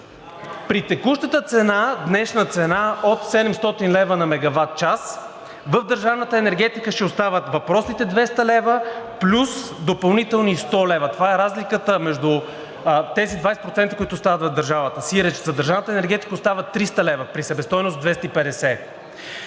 при текущата днешна цена от 700 лв. на мегаватчас в държавната енергетика ще остават въпросните 200 лв. плюс допълнителни 100 лв. Това е разликата между тези 20%, които остават в държавата. Тоест за държавната енергетика остават 300 лв. при себестойност 250.